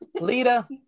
Lita